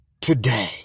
Today